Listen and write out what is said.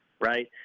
right